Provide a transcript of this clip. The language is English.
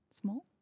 small